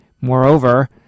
Moreover